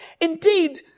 Indeed